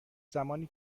زمانی